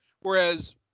whereas